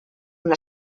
una